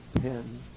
pen